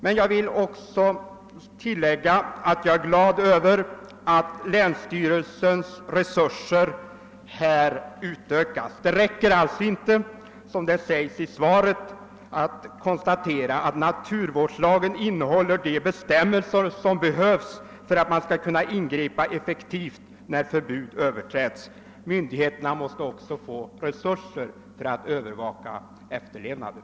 Men jag vill: också tillägga att jag är glad över att länsstyrelsens resurser utökas. Det räcker alltså inte, som det sägs i svaret, att naturvårdslagen innehåller de bestämmelser som behövs för att man skall kunna ingripa när förbud överträds; myndigheterna måste också ha resurser att övervaka efterlevnaden.